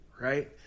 right